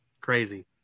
crazy